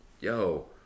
Yo